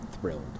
thrilled